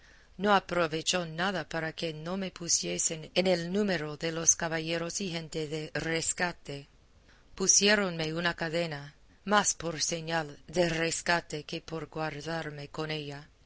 no aprovechó nada para que no me pusiesen en el número de los caballeros y gente de rescate pusiéronme una cadena más por señal de rescate que por guardarme con ella